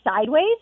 sideways